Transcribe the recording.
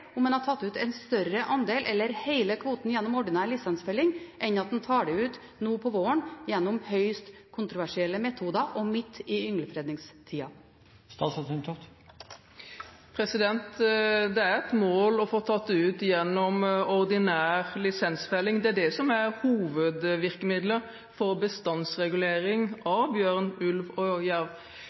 om en hadde tatt ut en større andel eller hele kvoten gjennom ordinær lisensfelling, enn at en tar ut dyrene nå på våren ved hjelp av høyst kontroversielle metoder og midt i ynglingsfredningstida? Det er et mål å få tatt dem ut gjennom ordinær lisensfelling. Det er det som er hovedvirkemidlet for bestandsregulering av bjørn, ulv og jerv.